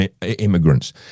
immigrants